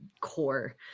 core